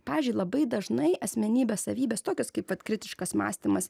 pavyzdžiui labai dažnai asmenybės savybės tokios kaip vat kritiškas mąstymas